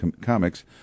comics